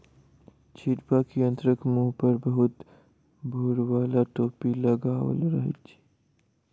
छिटबाक यंत्रक मुँह पर बहुते भूर बाला टोपी लगाओल रहैत छै